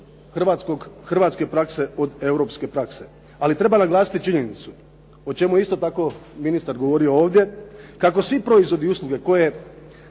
hrvatske prakse od europske prakse. Ali treba naglasiti činjenicu, o čemu je isto tako ministar govorio ovdje, kako svi proizvodi i usluge na koje